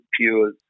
pure